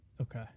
Okay